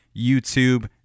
YouTube